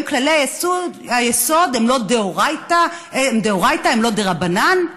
הם כללי היסוד, הם דאורייתא, הם לא דרבנן.